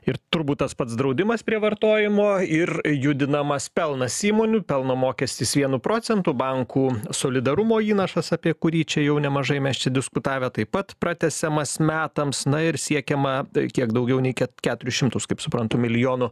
ir turbūt tas pats draudimas prie vartojimo ir judinamas pelnas įmonių pelno mokestis vienu procentu bankų solidarumo įnašas apie kurį čia jau nemažai mes čia diskutavę taip pat pratęsiamas metams na ir siekiama kiek daugiau nei keturis šimtus kaip suprantu milijonų